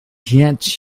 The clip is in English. yet